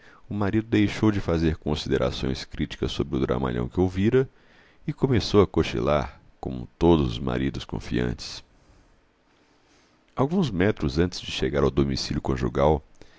o marido deixou de fazer considerações críticas sobre o dramalhão que ouvira e começou a cochilar como todos os maridos confiantes alguns metros antes de chegar ao domicílio conjugal